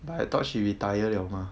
I thought she retired 了吗